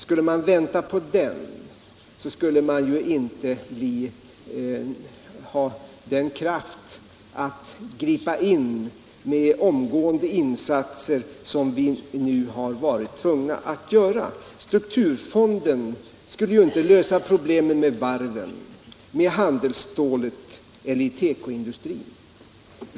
Skulle man vänta på den, skulle man ju inte ha någon kraft att gripa in med omgående insatser, som vi nu har varit tvungna att göra. Strukturfonden skulle inte lösa problemen med varven, med handelsstålet eller med tekoindustrin.